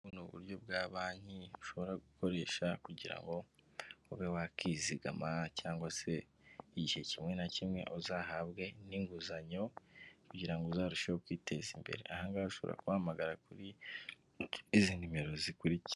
Ubu ni uburyo bwa banki ushobora gukoresha kugira ngo ube wakwizigama cyangwa se igihe kimwe na kimwe uzahabwe n'inguzanyo kugira ngo uzarusheho kwiteza imbere. Aha ngaha ushobora kubahamagara kuri izi nimero zikurikira